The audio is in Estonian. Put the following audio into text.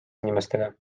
inimestega